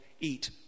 eat